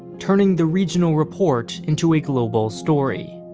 turning the regional report into a global story.